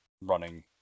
running